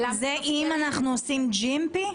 זה אם אנחנו עושים GMP?